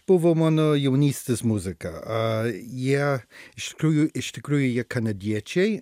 buvo mano jaunystės muzika a jie iš tikrųjų iš tikrųjų jie kanadiečiai